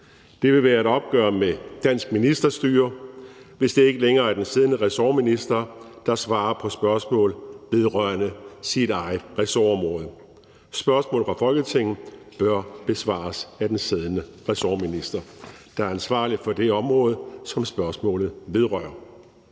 Det vil være et opgør med dansk ministerstyre, hvis det ikke længere er den siddende ressortminister, der svarer på spørgsmål vedrørende sit eget ressortområde. Spørgsmål fra Folketinget bør besvares af den siddende ressortminister, der er ansvarlig for det område, som spørgsmålet vedrører.